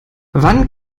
wann